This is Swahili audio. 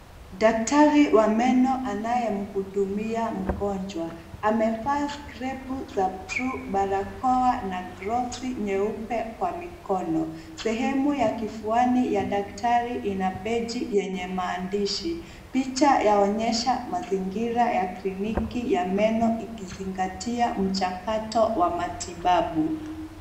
Daktari wa meno anayemhudumia mgonjwa. Amevaa skrepu za blue , barakoa na kroksi nyeupe kwa mikono. Sehemu ya kifuani ya daktari ina beji yenye maandishi. Picha yaonyesha mazingira ya kliniki ya meno ikizingatia mchakato wa matibabu.